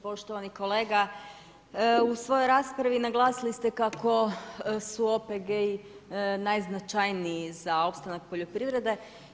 Poštovani kolega, u svojoj raspravi naglasili ste kako su OPG-i najznačajniji za opstanak poljoprivrede.